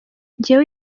njyewe